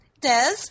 Des